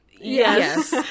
Yes